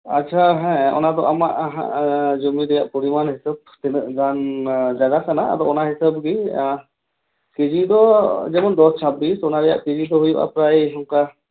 ᱟᱪᱪᱷᱟ ᱦᱮᱸ ᱚᱱᱟ ᱫᱚ ᱟᱢᱟᱜ ᱡᱚᱢᱤ ᱨᱮᱭᱟᱜ ᱯᱚᱨᱤᱢᱟᱱ ᱦᱤᱥᱟᱹᱵ ᱛᱤᱱᱟᱹᱜ ᱜᱟᱱ ᱡᱟᱭᱜᱟ ᱠᱟᱱᱟ ᱟᱫᱚ ᱚᱱᱟ ᱦᱤᱥᱟᱹᱵ ᱜᱮ ᱠᱮᱡᱤ ᱫᱚ ᱡᱮᱢᱚᱱ ᱫᱚᱥ ᱪᱷᱟᱵᱵᱤᱥ ᱚᱱᱟ ᱨᱮᱭᱟᱜ ᱠᱮᱡᱤ ᱫᱚ ᱦᱩᱭᱩᱜᱼᱟ ᱯᱨᱟᱭ ᱱᱚᱝᱠᱟ